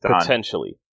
Potentially